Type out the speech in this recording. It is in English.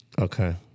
Okay